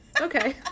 okay